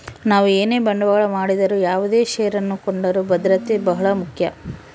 ನಾವು ಏನೇ ಬಂಡವಾಳ ಮಾಡಿದರು ಯಾವುದೇ ಷೇರನ್ನು ಕೊಂಡರೂ ಭದ್ರತೆ ಬಹಳ ಮುಖ್ಯ